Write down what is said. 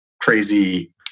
crazy